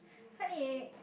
honey